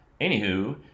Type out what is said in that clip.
Anywho